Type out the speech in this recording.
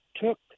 took